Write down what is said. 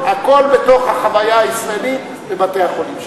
הכול בתוך החוויה הישראלית בבתי-החולים.